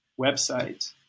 website